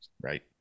right